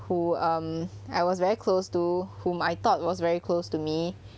who um I was very close to whom I thought was very close to me